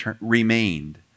remained